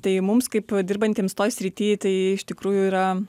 tai mums kaip dirbantiems toj srity tai iš tikrųjų yra